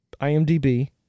IMDb